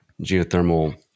geothermal